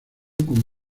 con